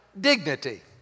dignity